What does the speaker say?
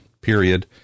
period